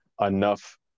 enough